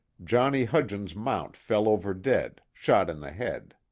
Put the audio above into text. johnny hudgens' mount fell over dead, shot in the head.